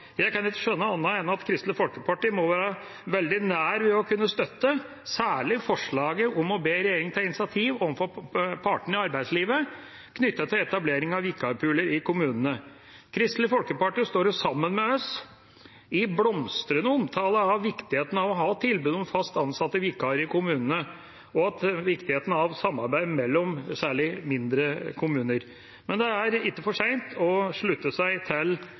Jeg kan ikke skjønne annet enn at Kristelig Folkeparti må være veldig nær ved å kunne støtte særlig forslaget om å be regjeringa ta initiativ overfor partene i arbeidslivet knyttet til etablering av vikarpooler i kommunene. Kristelig Folkeparti står sammen med oss i blomstrende omtale av viktigheten av å ha tilbud om fast ansatte vikarer i kommunene og viktigheten av samarbeid mellom særlig mindre kommuner. Men det er ikke for sent å slutte seg til